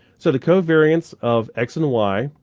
so the covariance of x and y,